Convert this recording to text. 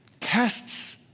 Tests